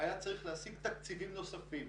היה צריך להשיג תקציבים נוספים.